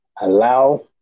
Allow